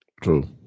True